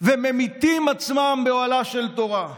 וממיתים עצמם באוהלה של תורה.